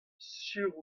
sur